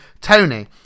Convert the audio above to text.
Tony